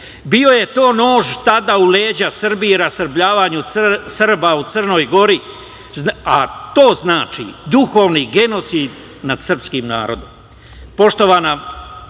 je to nož tada u leđa Srbiji i rasrbljavanju Srba u Crnoj Gori, a to znači duhovni genocid nad srpskim narodom.